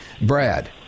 Brad